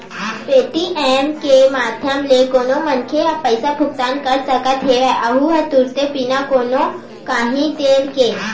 Paytm के माधियम ले कोनो मनखे ह पइसा भुगतान कर सकत हेए अहूँ ह तुरते बिना कोनो काइही देर के